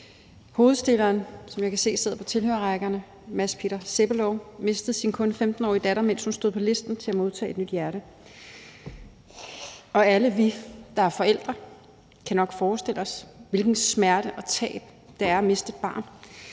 Hovedstilleren, som jeg kan se sidder på tilhørerrækkerne, Mads Peter Sebbelov, mistede sin kun 15-årige datter, mens hun stod på ventelisten til at modtage et nyt hjerte. Og alle vi, der er forældre, kan nok forestille os, hvilken smerte og hvilket tab det er at miste et barn